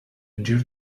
endure